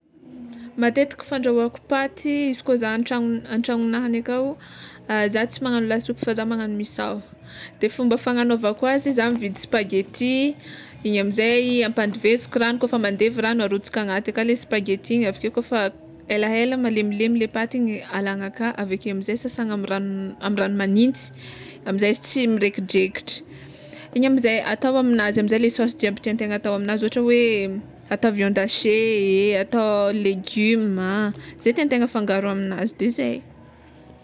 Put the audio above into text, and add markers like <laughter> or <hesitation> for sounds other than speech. Matetiky fandrahoako paty izy koa zah an-tragno an-tragnonahy ny akao <hesitation> zah tsy magnagno lasopy fa zah magnagno misao de fomba fagnanaovako azy zah mividy spaghetti, igny amizay ampandiveziko ragno, kôfa mandevy ragno arotsaka agnaty aka le spaghetti igny aveke kôfa helahela, malemilemy le paty igny alagna aka aveke amizay sasana amy ragno amy ragno magnintsy amizay izy tsy miraikidrekitry, igny amizay atao aminazy amizay le saosy jiaby tiantegna atao aminazy, ohatra hoe atao viande haché e atao legioma ze tiantegna afangaro aminazy de zay.